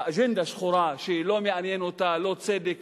אג'נדה שחורה שלא מעניין אותה לא צדק